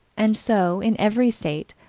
and so, in every state,